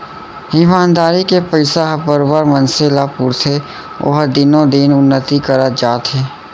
ईमानदारी के पइसा ह बरोबर मनसे ल पुरथे ओहा दिनो दिन उन्नति करत जाथे